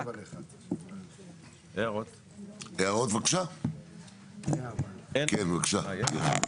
הערות בבקשה, כן בבקשה.